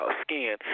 skin